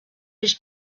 his